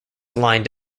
lined